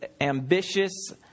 ambitious